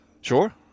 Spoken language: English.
Sure